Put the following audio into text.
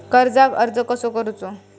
कर्जाक अर्ज कसो करूचो?